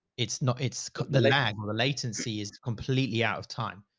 it's not. it's the lag. the latency is completely out of time.